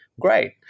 Great